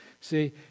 See